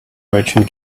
merchant